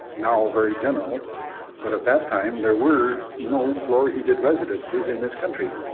now very general, but at that time there were no floor heated residences in this country.